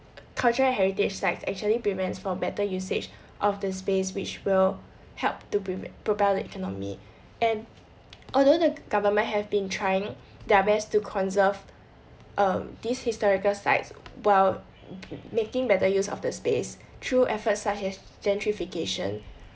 cultural heritage sites actually prevents for better usage of the space which will help to pr~ propel the economy and although the government have been trying their best to conserve um these historical sites while making better use of the space through efforts such as gentrification